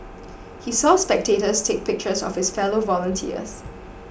he saw spectators take pictures of his fellow volunteers